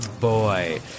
boy